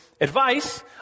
advice